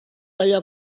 allò